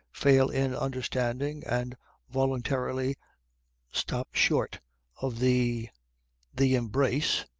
fail in understanding and voluntarily stop short of the the embrace,